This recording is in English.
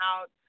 out